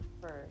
first